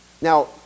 Now